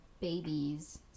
babies